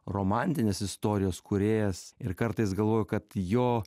romantinės istorijos kūrėjas ir kartais galvoju kad jo